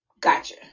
Gotcha